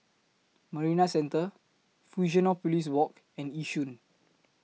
Marina Centre Fusionopolis Walk and Yishun